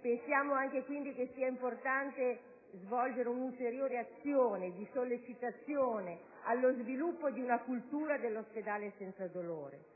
Riteniamo quindi importante svolgere un'ulteriore azione di sollecitazione allo sviluppo di una cultura dell'ospedale senza dolore